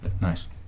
nice